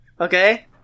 Okay